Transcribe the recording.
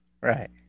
Right